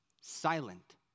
silent